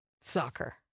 Soccer